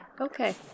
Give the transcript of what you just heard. okay